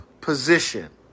position